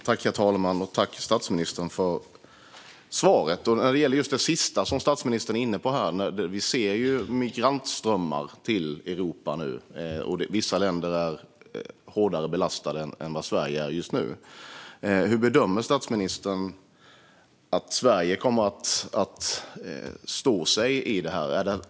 Herr talman! Tack, statsministern, för svaret! När det gäller just det sista som statsministern är inne på - vi ser migrantströmmar till Europa nu, och vissa länder är hårdare belastade än vad Sverige är just nu - hur bedömer statsministern att Sverige kommer att stå sig i fråga om detta?